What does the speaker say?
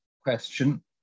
question